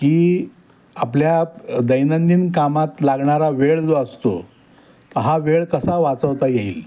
की आपल्या दैनंदिन कामात लागणारा वेळ जो असतो हा वेळ कसा वाचवता येईल